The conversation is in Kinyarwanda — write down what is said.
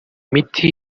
miti